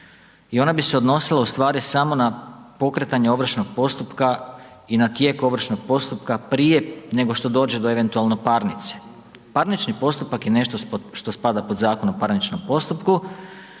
i ona bi se odnosila u stvari na pokretanje ovršnog postupka i na tijek ovršnog postupka prije nego što dođe do eventualno parnice. Parnični postupak je nešto što spada pod Zakon o parničnom postupku